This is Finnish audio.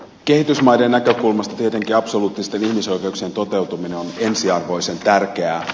kehitysmaiden näkökulmasta tietenkin absoluuttisten ihmisoikeuksien toteutuminen on ensiarvoisen tärkeää